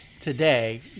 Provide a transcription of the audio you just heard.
Today